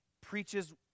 preaches